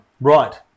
Right